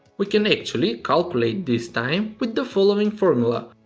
we can actually calculate this time with the following formula.